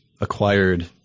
acquired